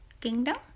kingdom